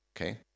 okay